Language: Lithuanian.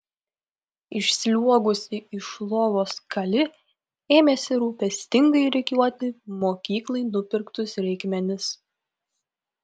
išsliuogusi iš lovos kali ėmėsi rūpestingai rikiuoti mokyklai nupirktus reikmenis